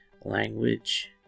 language